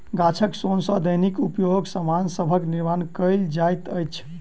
गाछक सोन सॅ दैनिक उपयोगक सामान सभक निर्माण कयल जाइत अछि